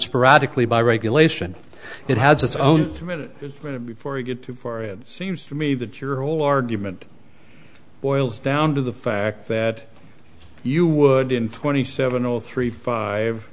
sporadically by regulation it has its own minute before you get too far it seems to me that your whole argument boils down to the fact that you would in twenty seven zero three five